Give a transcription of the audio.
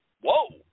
whoa